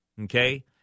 okay